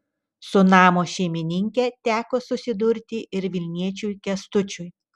su namo šeimininke teko susidurti ir vilniečiui kęstučiui